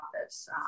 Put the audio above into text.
office